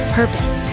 purpose